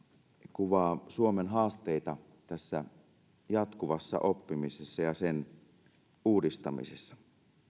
kuvaa suomen haasteita tässä jatkuvassa oppimisessa ja sen uudistamisessa